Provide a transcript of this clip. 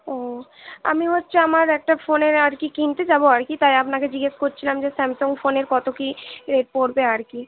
ও আমি হচ্ছে আমার একটা ফোনের আর কি কিনতে যাবো আর কি তাই আপনাকে জিজ্ঞেস করছিলাম যে স্যামসং ফোনের কত কি রেট পড়বে আর কি